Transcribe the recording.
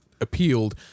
appealed